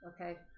Okay